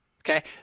Okay